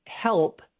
help